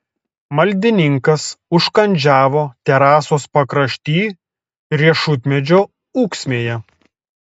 maldininkas užkandžiavo terasos pakrašty riešutmedžio ūksmėje